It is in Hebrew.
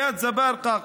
איאד זבארגה,